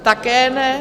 Také ne.